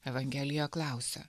evangelija klausia